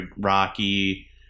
Rocky